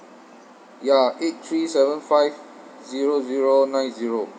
ya eight three seven five zero zero nine zero